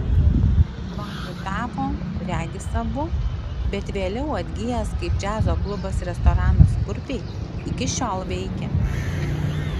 bankrutavo regis abu bet vėliau atgijęs kaip džiazo klubas restoranas kurpiai iki šiol veikia